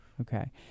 Okay